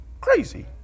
crazy